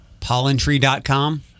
Pollentree.com